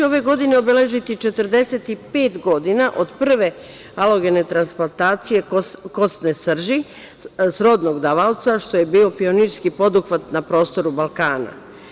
Ove godine će VMA obeležiti 45 godina od prve alogene transplantacije koštane srži srodnog davaoca, što je bio pionirski poduhvat na prostoru Balkana.